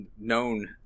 known